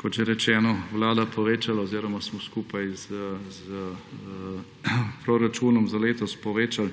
kot že rečeno, vlada povečala oziroma smo skupaj s proračunom za letos povečali